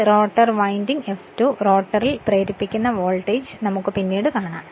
ഈ rotor winding E2 റോട്ടറിൽ പ്രേരിപ്പിക്കുന്ന വോൾട്ടേജ് നമുക്ക് പിന്നീട് കാണാം